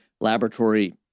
laboratory